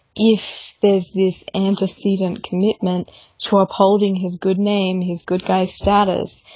if there's this antecedent commitment to upholding his good name, his good guy status,